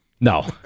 No